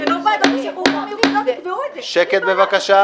אבל שלא ועדת השחרורים היא זאת שתקבע את זה --- שקט בבקשה.